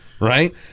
right